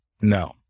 no